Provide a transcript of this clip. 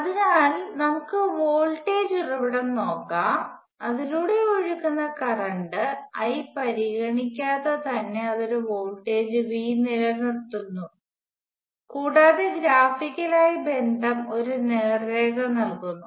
അതിനാൽ നമുക്ക് വോൾട്ടേജ് ഉറവിടം നോക്കാം അതിലൂടെ ഒഴുകുന്ന കറണ്ട് I പരിഗണിക്കാതെ തന്നെ അത് ഒരു വോൾട്ടേജ് V നിലനിർത്തുന്നു കൂടാതെ ഗ്രാഫിക്കലായി ബന്ധം ഒരു നേർരേഖ നൽകുന്നു